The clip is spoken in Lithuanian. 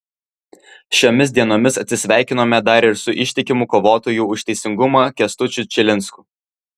šiomis dienomis atsisveikinome dar ir su ištikimu kovotoju už teisingumą kęstučiu čilinsku